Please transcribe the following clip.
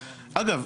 אגב,